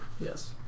Yes